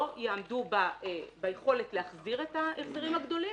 יעמדו ביכולת להחזיר את ההחזרים הגדולים,